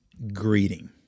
Greeting